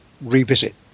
revisit